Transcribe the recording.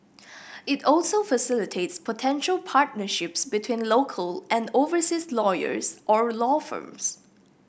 it also facilitates potential partnerships between local and overseas lawyers or law firms